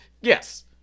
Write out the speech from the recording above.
yes